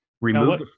Remove